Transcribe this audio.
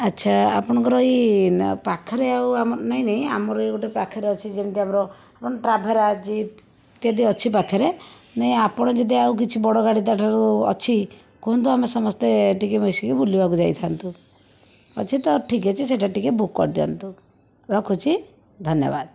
ଆଚ୍ଛା ଆପଣଙ୍କର ଏହି ପାଖରେ ଆଉ ଆମ ନାହିଁ ନାହିଁ ଆମର ଏହି ଗୋଟିଏ ପାଖରେ ଅଛି ଯେମିତି ଆମର ଆପଣ ଟ୍ରାଭେରା ଜିପ୍ ଇତ୍ୟାଦି ଅଛି ପାଖରେ ନାହିଁ ଆପଣ ଯଦି ଆଉ କିଛି ବଡ଼ ଗାଡ଼ି ତା' ଠାରୁ ଅଛି କୁହନ୍ତୁ ଆମେ ସମସ୍ତେ ଟିକିଏ ମିଶିକି ବୁଲିବାକୁ ଯାଇଥାନ୍ତୁ ଅଛି ତ ଠିକ୍ ଅଛି ସେଇଟା ଟିକିଏ ବୁକ୍ କରିଦିଅନ୍ତୁ ରଖୁଛି ଧନ୍ୟବାଦ